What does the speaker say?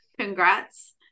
Congrats